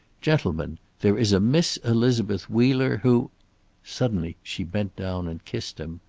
gentlemen, there is a miss elizabeth wheeler who suddenly she bent down and kissed him.